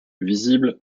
visible